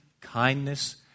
kindness